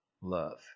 love